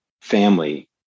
family